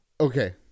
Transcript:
Okay